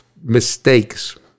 mistakes